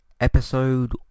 episode